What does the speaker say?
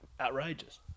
Outrageous